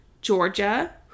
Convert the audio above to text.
Georgia